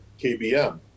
KBM